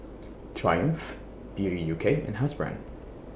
Triumph Beauty U K and Housebrand